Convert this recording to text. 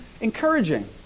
encouraging